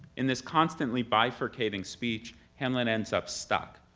in this constantly bifurcating speech, hamlet ends up stuck,